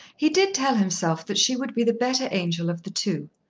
he did tell himself that she would be the better angel of the two.